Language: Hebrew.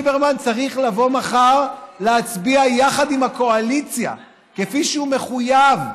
ליברמן צריך לבוא מחר להצביע יחד עם הקואליציה כפי שהוא מחויב,